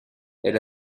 elle